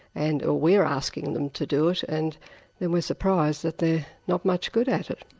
and we're asking them to do it and then we're surprised that they not much good at it.